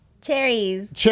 Cherries